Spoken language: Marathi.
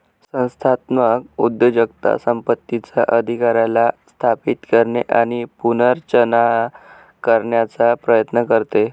संस्थात्मक उद्योजकता संपत्तीचा अधिकाराला स्थापित करणे आणि पुनर्रचना करण्याचा प्रयत्न करते